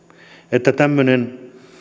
että tämmöiset